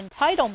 entitlement